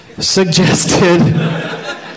suggested